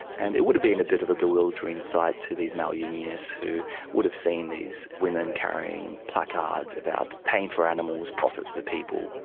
and it would have been a bit of a bewildering sight to these male unionists who would have seen these women carrying placards about pain for animals, profit for people'.